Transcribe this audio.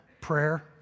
prayer